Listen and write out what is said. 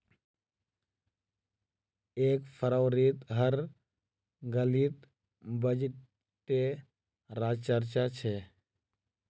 एक फरवरीत हर गलीत बजटे र चर्चा छ